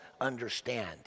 understand